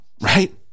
right